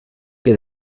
que